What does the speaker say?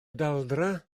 daldra